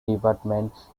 department